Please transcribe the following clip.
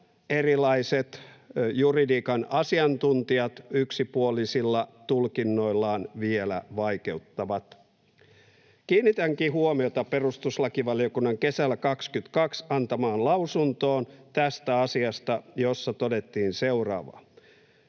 erilaiset juridiikan asiantuntijat yksipuolisilla tulkinnoillaan vielä vaikeuttavat. Kiinnitänkin huomiota perustuslakivaliokunnan kesällä 22 antamaan lausuntoon tästä asiasta, jossa todettiin seuraavaa: